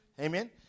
Amen